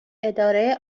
اداره